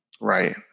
Right